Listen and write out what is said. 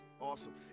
Awesome